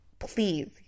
please